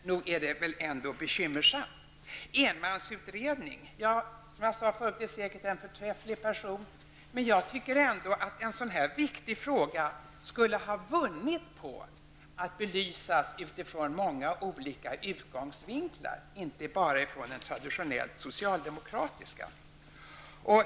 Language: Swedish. Nog är det ändå bekymmersamt. Den enmansutredare som tillsätts är säkert en förträfflig person. Men jag tycker ändå att en så viktig fråga som denna skulle ha vunnit på att belysas utifrån många olika infallsvinklar och inte bara från den traditionellt socialdemokratiska.